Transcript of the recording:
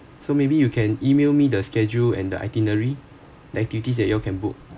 so maybe you can email me the schedule and the itinerary the activities that you all can book